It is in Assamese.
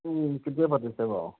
কেতিয়া পাতিছে বাৰু